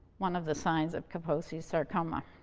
one of the signs of kaposi's sarcoma.